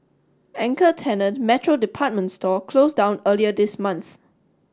anchor tenant Metro department store closed down earlier this month